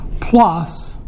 plus